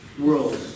world